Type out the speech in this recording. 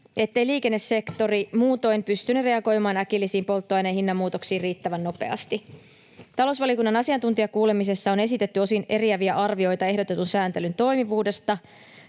ettei liikennesektori muutoin pystyne reagoimaan äkillisiin polttoaineen hinnanmuutoksiin riittävän nopeasti. Talousvaliokunnan asiantuntijakuulemisessa on esitetty osin eriäviä arvioita ehdotetun sääntelyn toimivuudesta.